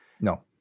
no